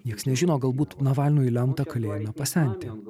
nieks nežino galbūt navalnui lemta kalėjime pasenti